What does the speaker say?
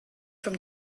from